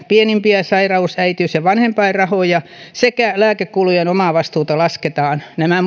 pienimpiä sairaus äitiys ja vanhempainrahoja sekä laskemalla lääkekulujen omavastuuta nämä